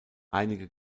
einige